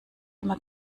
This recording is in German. immer